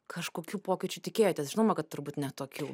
kažkokių pokyčių tikėjotės žinoma kad turbūt ne tokių